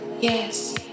yes